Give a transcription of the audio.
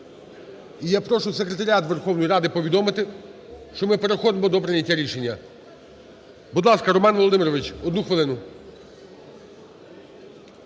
І я прошу Секретаріат Верховної Ради повідомити, що ми переходимо до прийняття рішення. Будь ласка, Роман Володимирович, одну хвилину